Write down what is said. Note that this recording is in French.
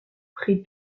prit